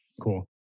Cool